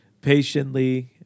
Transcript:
patiently